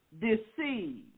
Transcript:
deceived